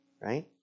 Right